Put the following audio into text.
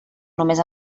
només